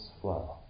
flow